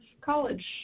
college